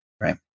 Right